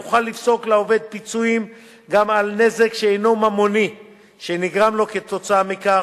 יוכל לפסוק לעובד פיצויים גם על נזק שאינו ממוני שנגרם לו כתוצאה מכך,